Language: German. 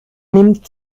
nimmt